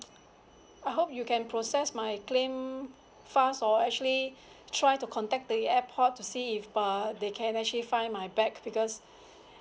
I hope you can process my claim fast or actually try to contact the airport to see if uh they can actually find my bag because